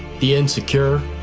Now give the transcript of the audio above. the insecure,